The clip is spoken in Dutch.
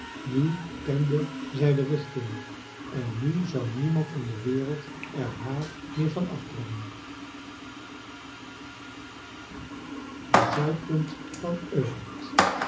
nu kende zij de richting en nu zou niemand in de wereld er haar meer van afbrengen de zuidpunt van